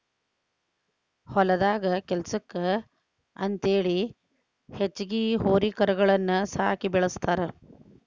ಹೊಲದಾಗ ಕೆಲ್ಸಕ್ಕ ಅಂತೇಳಿ ಹೆಚ್ಚಾಗಿ ಹೋರಿ ಕರಗಳನ್ನ ಸಾಕಿ ಬೆಳಸ್ತಾರ